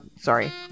sorry